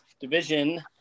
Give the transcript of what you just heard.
division